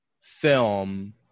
film